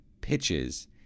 pitches